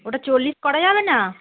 ওটা চল্লিশ করা যাবে না